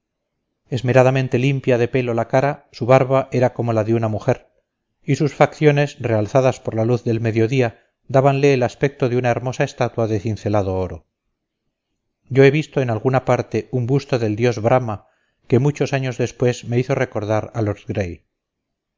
esmeradamente limpia de pelo la cara su barba era como la de una mujer y sus facciones realzadas por la luz del mediodía dábanle el aspecto de una hermosa estatua de cincelado oro yo he visto en alguna parte un busto del dios brahma que muchos años después me hizo recordar a lord